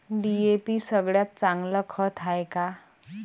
DAP सगळ्यात चांगलं खत हाये का?